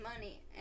money